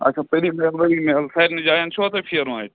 اچھا پٔری محل ؤری محل سارنی جایَن چھُوا تۄہہِ پھٮ۪رُن اَتہِ